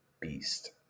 beast